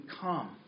come